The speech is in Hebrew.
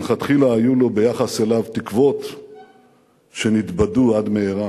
מלכתחילה היו לו ביחס אליו תקוות שנתבדו עד מהרה.